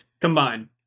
Combined